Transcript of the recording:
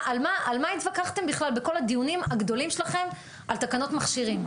על מה התווכחתם בכלל בכל הדיונים הגדולים שלכם על תקנות מכשירים?